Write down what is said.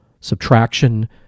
subtraction